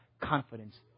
Confidence